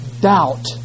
doubt